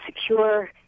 secure